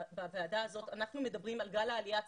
בוועדה הזאת אנחנו מדברים על גל העלייה הצפוי.